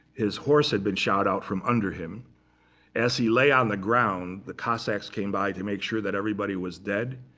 his horse had been shot out from under him. and as he lay on the ground, the cossacks came by to make sure that everybody was dead.